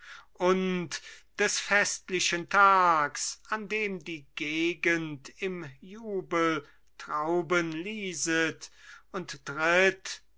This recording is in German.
und des festlichen tags an dem die gegend im jubel trauben lieset und tritt